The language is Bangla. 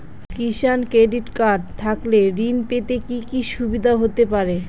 কিষান ক্রেডিট কার্ড থাকলে ঋণ পেতে কি কি সুবিধা হতে পারে?